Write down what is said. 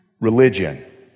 religion